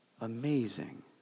Amazing